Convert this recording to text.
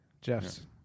Jeff's